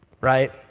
Right